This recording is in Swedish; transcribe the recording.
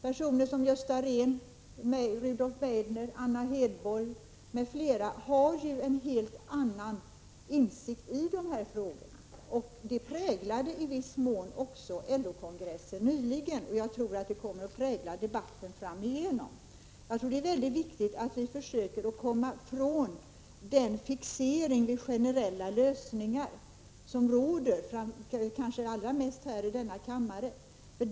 Personer som Gösta Rehn, Rudolf Meidner, Anna Hedborg m.fl. har en helt annan insikt i de här frågorna än Gustav Persson tycks ha. Denna nya insikt präglade i viss mån också LO-kongressen nyligen, och jag tror att den kommer att prägla debatten framöver. Jagtror att det är mycket viktigt att vi försöker komma från den fixering vid generella lösningar som råder — kanske allra mest här i kammaren.